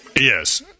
Yes